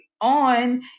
on